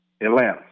Atlanta